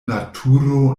naturo